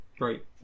Right